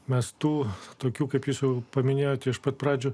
mestų tokių kaip jūsų paminėjote iš pat pradžių